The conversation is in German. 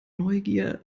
neugier